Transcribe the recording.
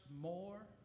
more